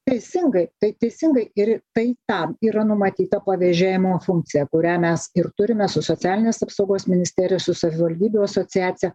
teisingai tai teisingai ir tai tam yra numatyta pavėžėjimo funkcija kurią mes ir turime su socialinės apsaugos ministerija su savivaldybių asociacija